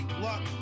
luck